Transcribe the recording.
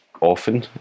often